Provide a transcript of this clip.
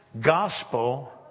gospel